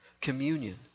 communion